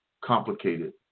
complicated